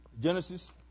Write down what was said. Genesis